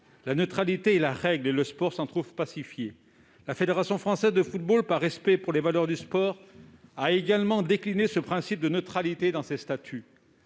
La neutralité est donc la règle et le sport s'en trouve pacifié. La Fédération française de football (FFF), par respect pour les valeurs du sport, a également décliné le principe de neutralité dans ses statuts.